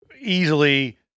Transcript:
easily